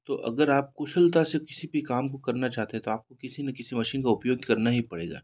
तो अगर आप कुशलता से किसी भी काम को करना चाहते तो आप को किसी ना किसी मशीन का उपयोग करना ही पड़ेगा